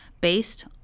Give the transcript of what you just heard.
based